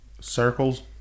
Circles